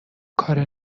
کار